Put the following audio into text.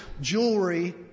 jewelry